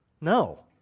No